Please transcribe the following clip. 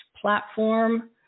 platform